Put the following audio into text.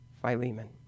Philemon